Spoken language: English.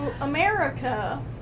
America